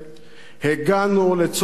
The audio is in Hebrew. הגענו לצומת דרכים,